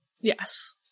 Yes